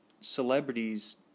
celebrities